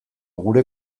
gure